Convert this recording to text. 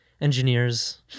engineers